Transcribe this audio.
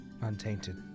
untainted